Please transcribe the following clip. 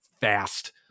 fast